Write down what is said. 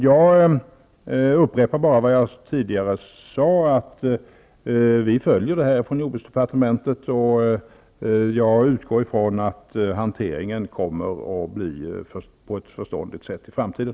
Jag upprepar också vad jag har sagt tidigare, nämligen att vi på jordbruksdepartementet följer frågan. Jag utgår från att hanteringen kommer att skötas på ett förståndigt sätt i framtiden.